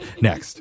next